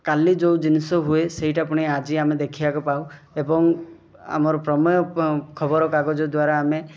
କାଲି ଯେଉଁ ଜିନିଷ ହୁଏ ସେଇଟା ପୁଣି ଆଜି ଆମେ ଦେଖିବାକୁ ପାଉ ଏବଂ ଆମର ପ୍ରମେୟ ଖବରକାଗଜ ଦ୍ୱାରା ଆମେ